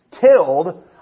killed